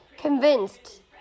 Convinced